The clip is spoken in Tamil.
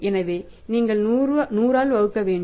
எனவே நீங்கள் இங்கு 100 ஆல் வகுக்க வேண்டும்